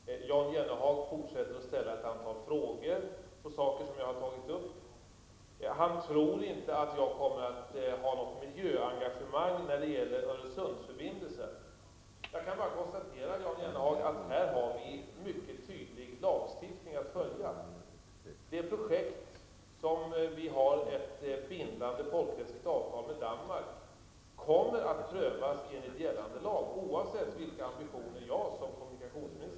Herr talman! Jan Jennehag fortsätter att ställa ett antal frågor på saker som jag har tagit upp. Han tror inte att jag kommer att ha något miljöengagemang när det gäller Öresundsförbindelsen. Jag kan bara konstatera, Jan Jennehag, att vi i det sammanhanget har en mycket tydlig lagstiftning att följa. Det projekt kring vilket vi har ett bindande folkrättsligt avtal med Danmark kommer att prövas enligt gällande lag, oavsett vilka ambitioner jag som kommunikationsminister har.